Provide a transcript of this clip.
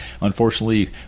unfortunately